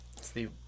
Steve